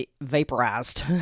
vaporized